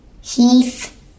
Heath